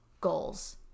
goals